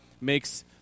makes